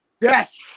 Yes